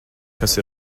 kas